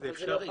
זה אפשרי.